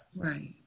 Right